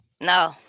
No